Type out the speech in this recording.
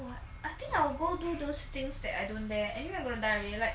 I think I will go do those things that I don't dare anyway I'm going to die already like